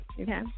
Okay